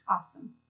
Awesome